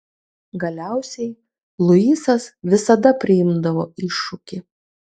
galiausiai luisas visada priimdavo iššūkį